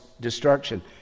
destruction